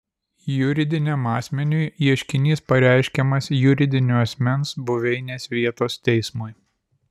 juridiniam asmeniui ieškinys pareiškiamas juridinio asmens buveinės vietos teismui